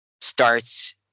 starts